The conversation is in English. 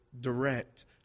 direct